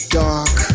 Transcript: dark